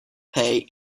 pay